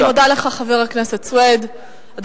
חבר הכנסת סוייד, אני מודה לך.